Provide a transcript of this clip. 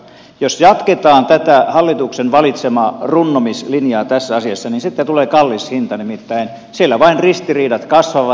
jos jatketaan tätä hallituksen valitsemaa runnomislinjaa tässä asiassa niin sitten tulee kallis hinta nimittäin siellä ristiriidat vain kasvavat